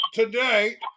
today